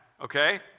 Okay